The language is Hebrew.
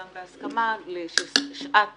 גם בהסכמה, ששעת